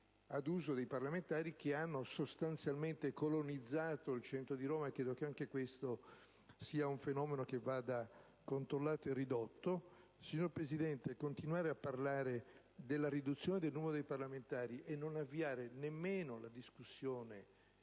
Signor Presidente, continuare a parlare della riduzione del numero dei parlamentari e non avviare nemmeno la discussione